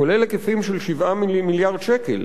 כולל היקפים של 7 מיליארד שקל.